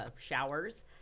showers